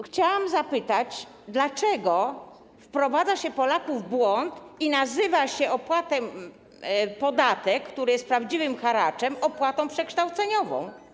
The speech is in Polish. Chciałabym zapytać, dlaczego wprowadza się Polaków w błąd i nazywa się podatek, który jest prawdziwym haraczem, opłatą przekształceniową.